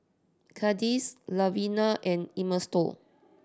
Candis Luvenia and Ernesto